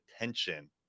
attention